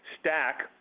Stack